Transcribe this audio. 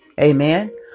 Amen